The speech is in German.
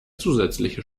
zusätzliches